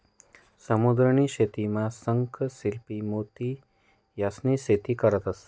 समुद्र नी शेतीमा शंख, शिंपला, मोती यास्नी शेती करतंस